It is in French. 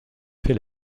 fait